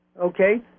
okay